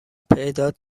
پیدات